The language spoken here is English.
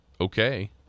okay